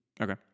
Okay